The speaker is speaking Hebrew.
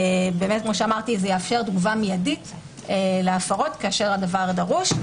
זה יאפשר תגובה מיידית להפרות כאשר הדבר דרוש,